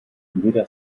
weder